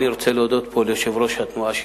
אני רוצה להודות פה ליושב-ראש התנועה שלי,